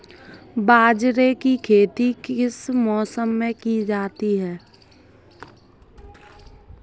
बाजरे की खेती किस मौसम में की जाती है?